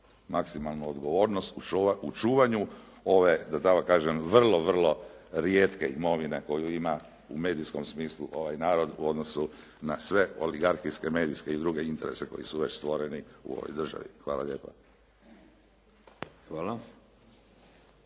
maksimalnu odgovornost u čuvanju ove da tako kažem vrlo vrlo rijetke imovine koju ima u medijskom smislu ovaj narod u odnosu na sve oligarhijske, medijske i druge interese koji su već stvoreni u ovoj državi. Hvala lijepa.